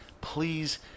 Please